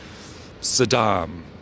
Saddam